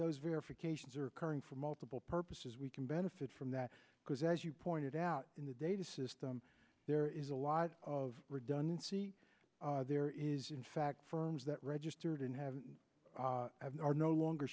those verifications are occurring for multiple purposes we can benefit from that because as you pointed out in the data system there is a lot of redundancy there is in fact firms that registered and have are no longer